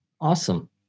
Awesome